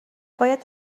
باید